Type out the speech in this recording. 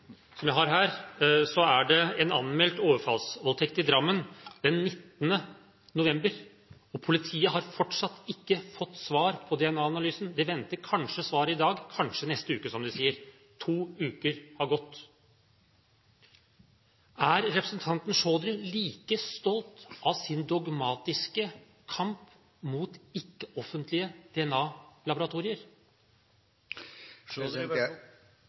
som jeg har her, står det om en anmeldt overfallsvoldtekt i Drammen den 19. november, og politiet har fortsatt ikke fått svar på DNA-analysen. De venter svar kanskje i dag, kanskje neste uke, som de sier. To uker har gått. Er representanten Chaudhry like stolt av sin dogmatiske kamp mot